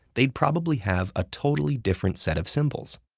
they'd probably have a totally different set of symbols.